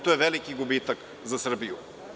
To je veliki gubitak za Srbiju.